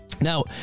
Now